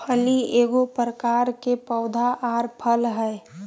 फली एगो प्रकार के पौधा आर फल हइ